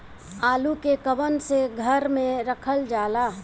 आलू के कवन से घर मे रखल जाला?